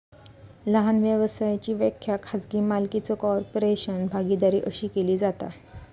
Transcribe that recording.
लहान व्यवसायाची व्याख्या खाजगी मालकीचो कॉर्पोरेशन, भागीदारी अशी केली जाता